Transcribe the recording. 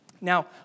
Now